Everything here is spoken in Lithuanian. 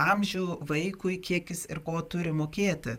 amžių vaikui kiek jis ir ko turi mokėti